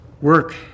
work